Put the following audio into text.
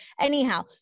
Anyhow